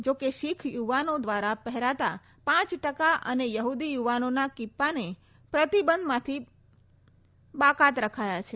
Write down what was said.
જોકે શીખ યુવાનો દ્વારા પહેરાતા પ ટકા અને યહુદી યુવાનોના કીપ્પાને પ્રતિબંધમાંથી બાકાત રખાયા છે